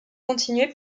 continuer